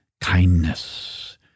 Kindness